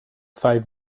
five